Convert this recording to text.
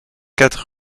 quatre